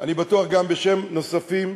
אני בטוח שגם בשם נוספים,